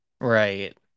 Right